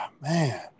man